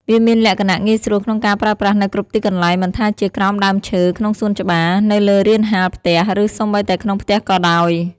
វាមានលក្ខណៈងាយស្រួលក្នុងការប្រើប្រាស់នៅគ្រប់ទីកន្លែង មិនថាជាក្រោមដើមឈើក្នុងសួនច្បារ នៅលើរានហាលផ្ទះ ឬសូម្បីតែក្នុងផ្ទះក៏ដោយ។